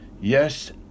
Yes